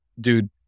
Dude